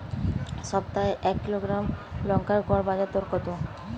সপ্তাহে এক কিলোগ্রাম লঙ্কার গড় বাজার দর কতো?